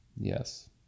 Yes